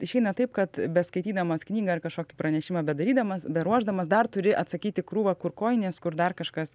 išeina taip kad beskaitydamas knygą ar kažkokį pranešimą bedarydamas beruošdamas dar turi atsakyti krūvą kur kojinės kur dar kažkas